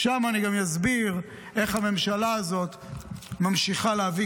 שם אני גם אסביר איך הממשלה הזאת ממשיכה להביא